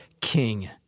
king